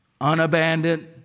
unabandoned